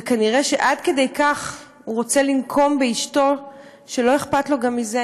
ונראה שעד כדי כך הוא רוצה לנקום באשתו שלא אכפת לו גם מזה.